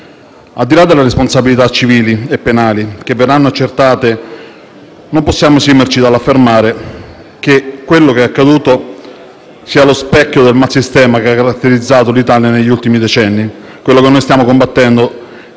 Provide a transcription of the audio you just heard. Al di là delle responsabilità civili e penali che verranno accertate, non possiamo esimerci dall’affermare che quello che è accaduto sia lo specchio del malsistema che ha caratterizzato l’Italia negli ultimi decenni, quello che stiamo combattendo